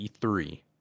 E3